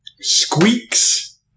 Squeaks